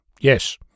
yes